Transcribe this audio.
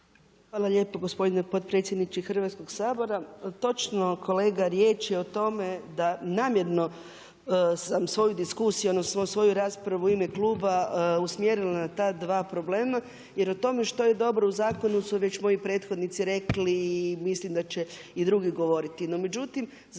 Hvala lijepo gospodine potpredsjedniče Hrvatskog sabor. Točno, kolega riječ je o tome da namjerno sam svoju diskusiju odnosno svoju raspravu u ime kluba usmjerila na ta dva problema jer o tome što je dobro u zakonu su već moji prethodnici rekli i mislim da će i drugi govoriti.